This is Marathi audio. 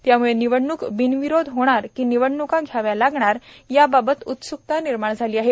त्याम्ळे निवडणूक बिनविरोध होणार की निवडणूका घ्यावा लागणार याबाबत उत्स्कता निर्माण झाली आहे